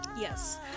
yes